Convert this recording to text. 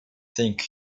think